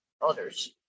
others